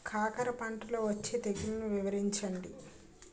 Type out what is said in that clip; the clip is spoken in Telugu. కాకర పంటలో వచ్చే తెగుళ్లను వివరించండి?